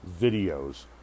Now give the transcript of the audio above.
videos